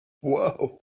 Whoa